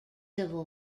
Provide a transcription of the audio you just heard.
civil